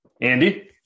Andy